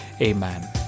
Amen